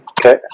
Okay